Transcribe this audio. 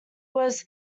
was